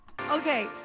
Okay